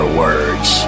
words